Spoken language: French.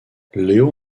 léo